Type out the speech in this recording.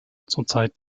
zurzeit